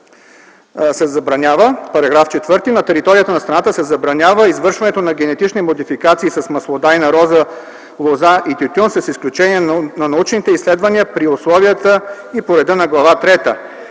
в § 4: на територията на страната се забранява извършването на генетични модификации с маслодайна роза, лоза и тютюн с изключение на научните изследвания при условията и по реда на Глава